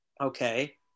okay